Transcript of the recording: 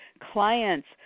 clients